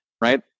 right